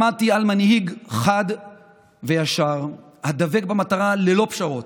למדתי על מנהיג חד וישר, הדבק במטרה ללא פשרות,